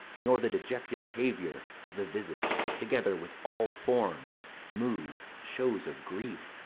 nor the dejected havior of the visage, together with all forms, moods, shows of grief,